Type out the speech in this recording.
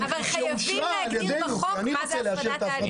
חייבים להגדיר בחוק מה זה ה]פדה תהליכית.